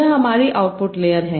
यह हमारी output layer है